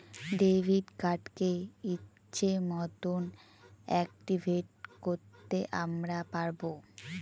debit কার্ডকে ইচ্ছে মতন অ্যাকটিভেট করতে আমরা পারবো